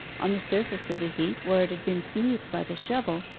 on the surface of the heap, where it had been smoothed by the shovel,